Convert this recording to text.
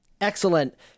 Excellent